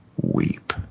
weep